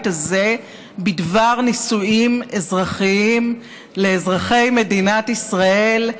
הזה בדבר נישואים אזרחיים לאזרחי מדינת ישראל,